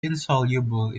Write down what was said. insoluble